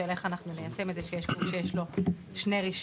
של איך אנחנו ניישם את זה לגבי הגוף שיש לו שני רישיונות.